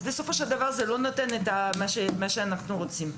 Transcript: בסופו של דבר זה לא נותן את מה שאנחנו רוצים.